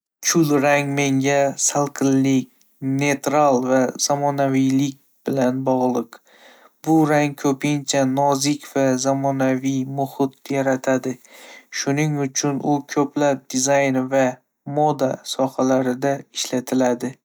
Kul rang menga salqinlik, neytral va zamonaviylik bilan bog'liq. Bu rang ko'pincha nozik va zamonaviy muhit yaratadi, shuning uchun u ko'plab dizayn va moda sohalarida ishlatiladi.